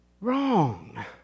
wrong